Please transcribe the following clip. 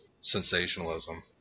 sensationalism